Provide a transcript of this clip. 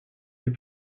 les